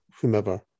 whomever